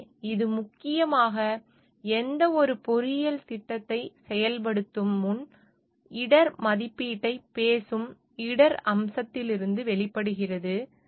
எனவே இது முக்கியமாக எந்த ஒரு பொறியியல் திட்டத்தை செயல்படுத்தும் முன் இடர் மதிப்பீட்டைப் பேசும் இடர் அம்சத்திலிருந்து வெளிப்படுகிறது